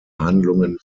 handlungen